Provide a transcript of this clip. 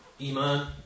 Iman